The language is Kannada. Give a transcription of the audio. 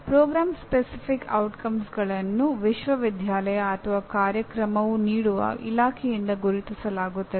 ಕಾರ್ಯಕ್ರಮದ ನಿರ್ದಿಷ್ಟ ಪರಿಣಾಮಗಳನ್ನು ವಿಶ್ವವಿದ್ಯಾಲಯ ಅಥವಾ ಕಾರ್ಯಕ್ರಮವು ನೀಡುವ ಇಲಾಖೆಯಿಂದ ಗುರುತಿಸಲಾಗುತ್ತದೆ